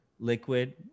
Liquid